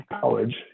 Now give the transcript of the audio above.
college